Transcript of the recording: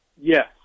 Yes